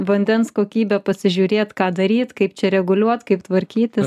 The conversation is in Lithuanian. vandens kokybę pasižiūrėt ką daryt kaip čia reguliuot kaip tvarkytis